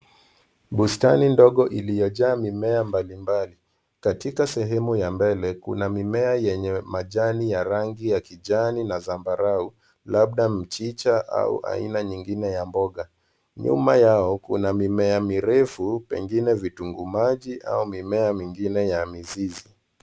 Bustani ndogo iliyojaa mimea mbali mbali. Katika sehemu ya mbele, kuna mimea yenye majani ya rangi ya kijani na zambarau, labda mchicha au aina nyingine ya mboga. Nyuma yao, kuna mimea mirefu, pengine vitunguu maji au mimea mingine ya mizizi.